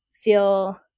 feel